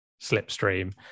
slipstream